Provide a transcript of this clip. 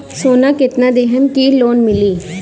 सोना कितना देहम की लोन मिली?